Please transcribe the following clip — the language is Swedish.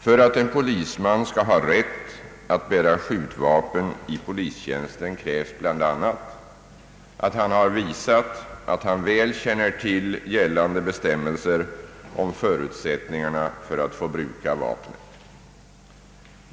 För att polisman skall ha rätt att bära skjutvapen i po listjänsten krävs bl.a. att han visat att han väl känner till gällande bestämmelser om förutsättningarna för att få bruka vapnet.